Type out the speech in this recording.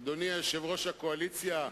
אדוני יושב-ראש הקואליציה,